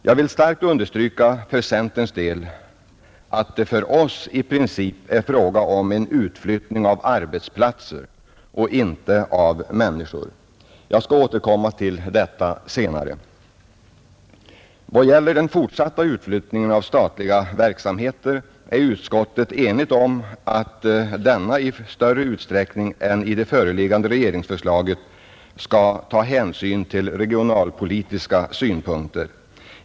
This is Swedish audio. Jag vill för centerns del starkt understryka att det för oss i princip är fråga om en utflyttning av arbetsplatser och inte av människor. Jag skall senare återkomma till detta. Vid den fortsatta utflyttningen av statlig verksamhet är utskottet enigt om att större hänsyn än i det föreliggande regeringsförslaget skall tas till regionalpolitiska synpunkter.